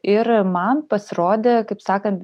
ir man pasirodė kaip sakant